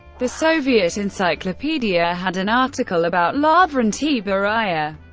the soviet encyclopaedia had an article about lavrentiy beria.